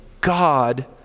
God